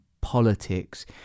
politics